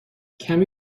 کمی